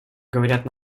говорят